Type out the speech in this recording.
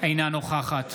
אינה נוכחת